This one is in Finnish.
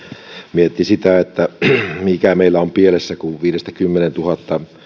mietti sitä että mikä meillä on pielessä kun viisituhatta viiva kymmenentuhatta